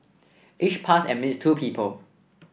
each pass admits two people